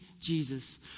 Jesus